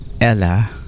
Ella